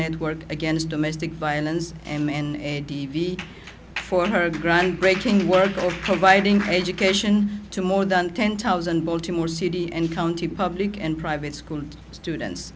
network against domestic violence and for her groundbreaking work of providing education to more than ten thousand baltimore city and county public and private school students